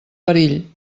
perill